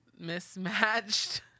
mismatched